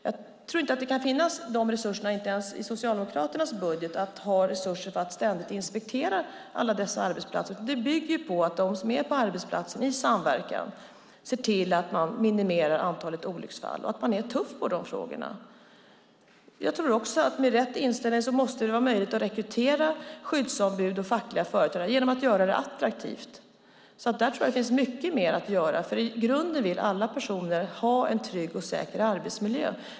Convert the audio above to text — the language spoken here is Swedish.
Jag tror inte att det finns resurser ens i Socialdemokraternas budget för att ständigt inspektera alla dessa arbetsplatser. Det bygger på att de som finns på arbetsplatsen i samverkan ser till att man minimerar antalet olycksfall och att man är tuff i de frågorna. Med rätt inställning måste det vara möjligt att rekrytera skyddsombud och fackliga företrädare genom att göra det attraktivt. Jag tror att det finns mycket mer att göra på det området. I grunden vill ju alla ha en trygg och säker arbetsmiljö.